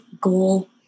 goal